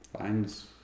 finds